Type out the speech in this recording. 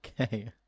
okay